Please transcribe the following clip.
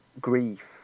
grief